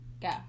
Go